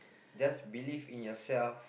just believe in yourself